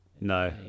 no